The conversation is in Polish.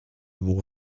było